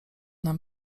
nam